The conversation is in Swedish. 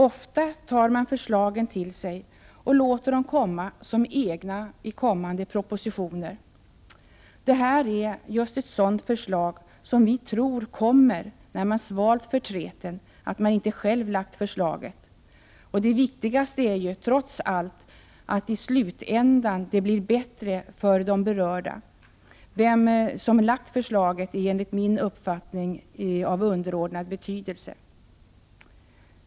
Ofta tar man förslagen till sig och låter dem komma som egna i kommande propositioner. Det här är ett sådant förslag som vi tror kommer, när man svalt förtreten över att man inte själv lagt fram förslaget. Det viktigaste är ju trots allt att det i slutändan blir bättre för de berörda — vem som lagt fram förslaget är, enligt min uppfattning av underordnad betydelse.